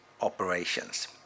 operations